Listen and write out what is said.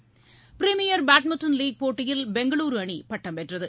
premier badminton league போட்டியில் பெங்களுரு அணி பட்டம் வென்றது